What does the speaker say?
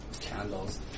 candles